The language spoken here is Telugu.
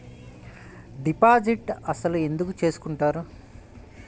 డిపాజిట్ అసలు ఎందుకు చేసుకుంటారు?